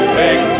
big